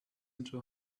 into